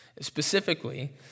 Specifically